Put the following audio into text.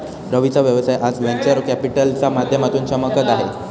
रवीचा व्यवसाय आज व्हेंचर कॅपिटलच्या माध्यमातून चमकत आहे